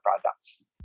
products